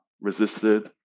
resisted